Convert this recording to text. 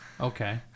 Okay